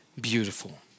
beautiful